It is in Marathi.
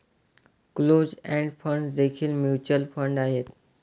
क्लोज्ड एंड फंड्स देखील म्युच्युअल फंड आहेत